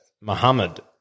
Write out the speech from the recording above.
Muhammad